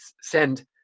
send